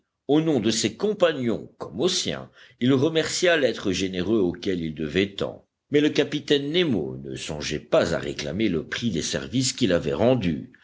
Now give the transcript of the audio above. au nom de ses compagnons comme au sien il remercia l'être généreux auquel ils devaient tant mais le capitaine nemo ne songeait pas à réclamer le prix des services qu'il avait rendus